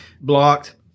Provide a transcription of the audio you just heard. blocked